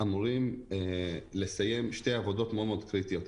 אמורים לסיים שתי עבודות מאוד מאוד קריטיות,